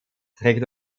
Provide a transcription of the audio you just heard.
trägt